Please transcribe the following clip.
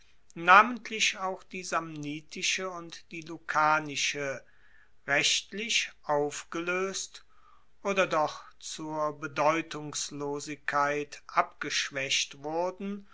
namentlich auch die samnitische und die lucanische rechtlich aufgeloest oder doch zur bedeutungslosigkeit abgeschwaecht wurden